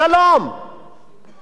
זה לא רק עניין משפטי.